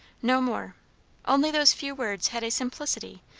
no more only those few words had a simplicity,